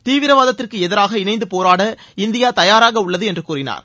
தீவிரவாதத்திற்கு எதிராக இணைந்து போராட இந்தியா தயாராக உள்ளது என்று கூறினார்